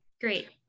Great